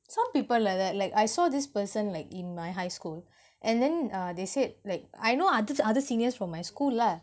some people like that like I saw this person like in my high school and then uh they said like I know ah these other seniors from my school lah